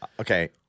okay